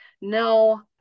No